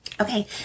Okay